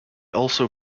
also